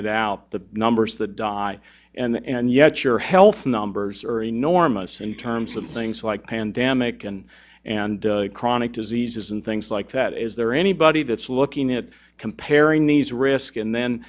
it out the numbers the die and yet your health numbers are enormous and terms with things like pandemic and and chronic diseases and things like that is there anybody that's looking at comparing these risk and then